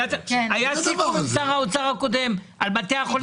היה סיכום עם שר האוצר הקודם על בתי החולים הציבוריים,